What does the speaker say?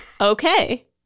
Okay